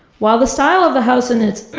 while the style of the house in its